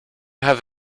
have